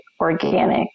organic